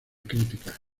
crítica